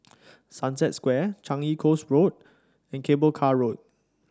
Sunset Square Changi Coast Road and Cable Car Road